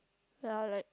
ye like